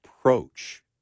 Approach